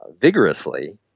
vigorously